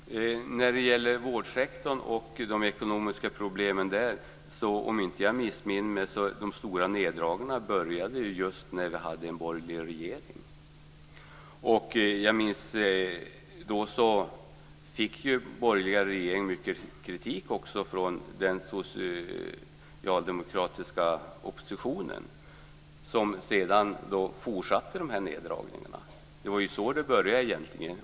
Fru talman! När det gäller vårdsektorn och de ekonomiska problem som finns där var det väl så, om jag inte missminner mig, att de stora neddragningarna började just när vi hade en borgerlig regering. Jag minns också att den borgerliga regeringen fick mycket kritik från den socialdemokratiska oppositionen, som sedan fortsatte med neddragningar. Det var ju egentligen så det började.